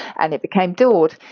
and it became! dord.